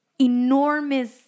enormous